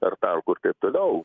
ar tankų ir taip toliau